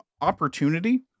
opportunity